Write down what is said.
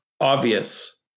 obvious